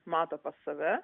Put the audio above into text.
mato pas save